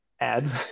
ads